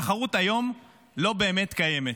התחרות היום לא באמת קיימת.